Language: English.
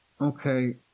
okay